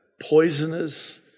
poisonous